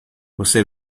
você